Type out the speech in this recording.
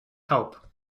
help